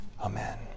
Amen